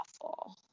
awful